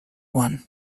one